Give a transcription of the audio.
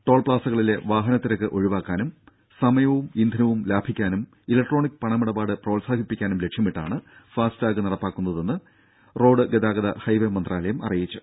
ടോൾപ്പാസകളിലെ വാഹനതിരക്ക് ഒഴിവാക്കാനും സമയവും ഇന്ധനവും ലാഭിക്കാനും ഇലക്ട്രോണിക് പണമിടപാട് പ്രോത്സാഹിപ്പിക്കാനും ലക്ഷ്യമിട്ടാണ് ഫാസ്ടാഗ് നടപ്പാക്കുന്നതെന്ന് റോഡ് ഗതാഗത ഹൈവേ മന്ത്രാലയം അറിയിച്ചു